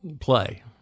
play